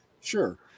Sure